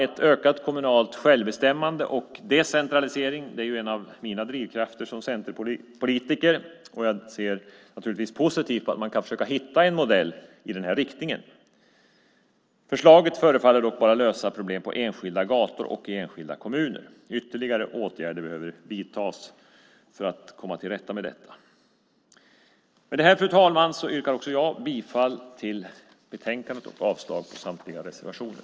Ett ökat kommunalt självbestämmande och decentralisering är ju en av mina drivkrafter som centerpolitiker, och jag ser naturligtvis positivt på att man kan försöka hitta en modell i den här riktningen. Förslaget förefaller dock bara lösa problem på enskilda gator och i enskilda kommuner. Ytterligare åtgärder behöver vidtas för att komma till rätta med detta. Med det här, fru talman, yrkar också jag bifall till förslaget i betänkandet och avslag på samtliga reservationer.